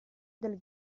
del